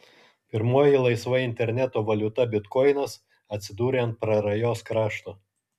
pirmoji laisva interneto valiuta bitkoinas atsidūrė ant prarajos krašto